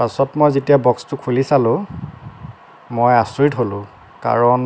পছত মই যেতিয়া বক্সটো খুলি চালোঁ মই আচৰিত হ'লোঁ কাৰণ